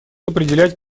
определять